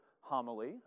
homily